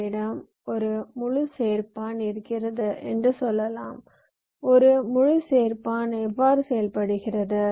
எங்களிடம் ஒரு முழு சேர்ப்பான் இருக்கிறது என்று சொல்லலாம் ஒரு முழு சேர்ப்பான் எவ்வாறு செயல்படுகிறது